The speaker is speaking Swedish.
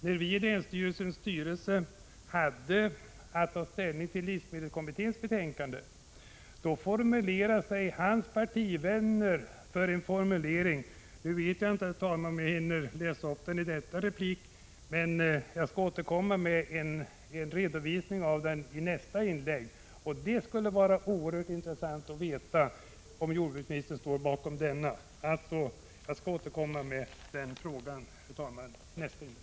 När vi i länsstyrelsens styrelse hade att ta ställning till livsmedelskommitténs betänkande enade sig jordbruksministerns partivänner om en formulering som jag undrar om jordbruksministern ställer sig bakom. Detta skulle vara intressant att veta. Jag hinner inte återge formuleringen nu, men jag återkommer till den frågan i mitt nästa inlägg.